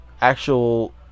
actual